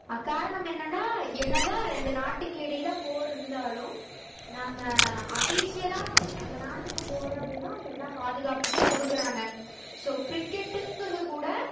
அ காரணம் என்னென்னால் என்ன தான் ரெண்டு நாட்டுக்கு இடையில் போரிருந்தாலும் நம்ம அஃபிஷியலாக அந்த நாட்டுக்கு போகிறோம் அப்படின்னா அங்கே எல்லா பாதுகாப்புமே கொடுக்கறாங்க ஷோ கிரிக்கெட்டுங்கிறது கூட